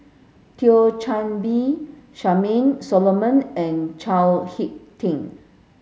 Thio Chan Bee Charmaine Solomon and Chao Hick Tin